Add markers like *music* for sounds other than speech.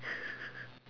*laughs*